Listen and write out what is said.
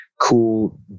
cool